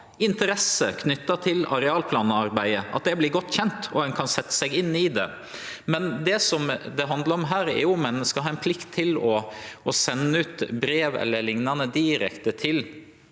interesser knytte til areal- og planarbeidet, vert gjort godt kjende med og kan setje seg inn i dette. Det det handlar om her, er om ein skal ha ein plikt til å sende ut brev eller liknande direkte til